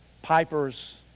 Pipers